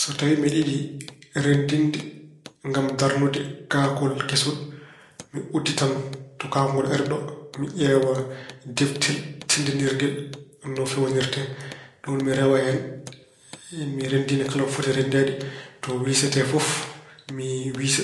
So tawi mbeɗa yiɗi renndinde ngam darnude kaakol kesol. Mi udditan to kaakol ngol ari ɗo. Mi ƴeewa deftel tinndinirgel no feewrinte. Ɗum woni mi rewa hen. Mi renndina kala ko renndineede. To fiisete fof, mi wiisa